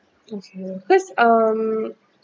okay that's um